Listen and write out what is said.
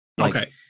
Okay